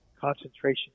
concentration